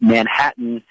Manhattan